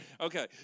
Okay